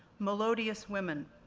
melodious women,